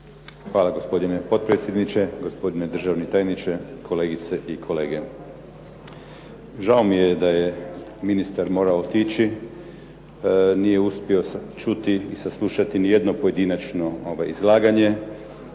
Hvala, gospodine potpredsjedniče. Gospodine državni tajniče, kolegice i kolege. Žao mi je da je ministar morao otići. Nije uspio čuti i saslušati nijedno pojedinačno izlaganje.